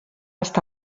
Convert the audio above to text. està